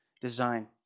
design